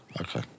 Okay